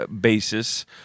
basis